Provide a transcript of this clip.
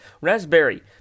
raspberry